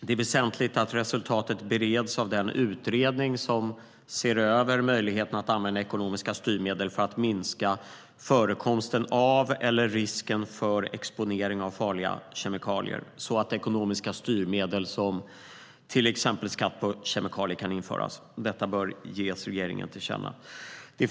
Det är väsentligt att resultatet bereds av den utredning som ser över möjligheterna att använda ekonomiska styrmedel för att minska risken för eller förekomsten av exponering av farliga kemikalier, så att ekonomiska styrmedel som till exempel skatt på kemikalier kan införas. Detta bör ges regeringen till känna.